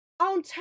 on